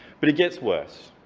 but it gets worse,